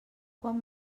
quan